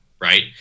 right